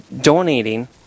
donating